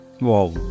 wow